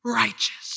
righteous